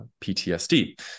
PTSD